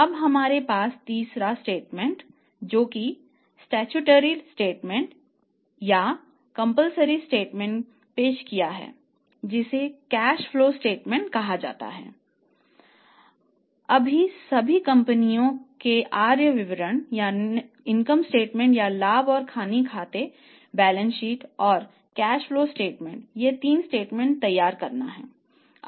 अब सभी कंपनियों को आय विवरण यह 3 स्टेटमेंट तैयार करना हैं